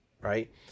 right